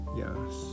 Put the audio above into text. Yes